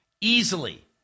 easily